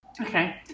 Okay